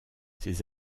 ses